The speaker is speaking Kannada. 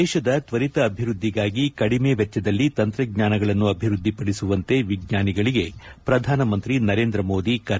ದೇಶದ ತ್ವರಿತ ಅಭಿವೃದ್ಧಿಗಾಗಿ ಕಡಿಮೆ ವೆಚ್ಚದಲ್ಲಿ ತಂತ್ರಜ್ಞಾನಗಳನ್ನು ಅಭಿವೃದ್ಧಿಪಡಿಸುವಂತೆ ವಿಜ್ಞಾನಿಗಳಿಗೆ ಪ್ರಧಾನಮಂತ್ರಿ ನರೇಂದ್ರ ಮೋದಿ ಕರೆ